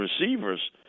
receivers